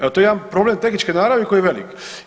Evo to je jedan problem tehničke naravi koji je velik.